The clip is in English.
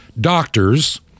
doctors